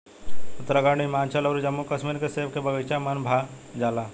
उत्तराखंड, हिमाचल अउर जम्मू कश्मीर के सेब के बगाइचा मन भा जाला